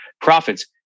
profits